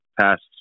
past